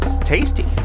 tasty